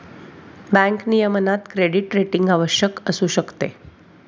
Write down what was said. bank नियमनात credit rating आवश्यक असू शकते